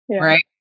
right